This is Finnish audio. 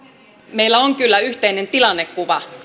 meillä on kyllä yhteinen tilannekuva